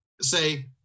say